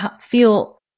feel